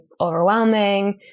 overwhelming